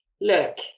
look